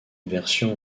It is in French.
version